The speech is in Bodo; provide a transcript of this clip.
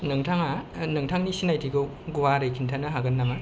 नोंथांआ नोंथांनि सिनाइथिखौ गुवारै खिन्थानो हागोन नामा